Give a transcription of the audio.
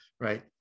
Right